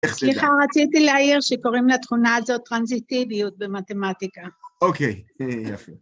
סליחה, רציתי להעיר שקוראים לתכונה הזאת טרנזיטיביות במתמטיקה. אוקיי, יפה.